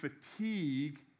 fatigue